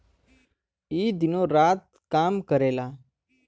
ई दिनो रात काम करेला